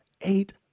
Eight